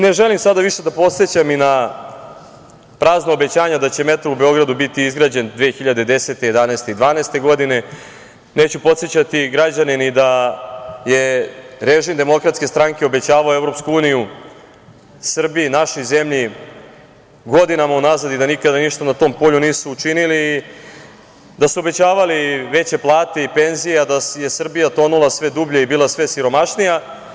Ne želim sada više da podsećam i na prazna obećanja da će metro u Beogradu biti izgrađen 2010, 2011. i 2012. godine, neću podsećati građane ni da je režim DS obećavao Evropsku uniju Srbiji, našoj zemlji godinama unazad i da nikada ništa na tom polju nisu učinili, da su obećavali veće plate i penzije, a da je Srbija tonula sve dublje i bila sve siromašnija.